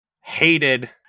hated